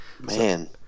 man